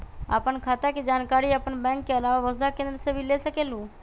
आपन खाता के जानकारी आपन बैंक के आलावा वसुधा केन्द्र से भी ले सकेलु?